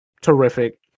terrific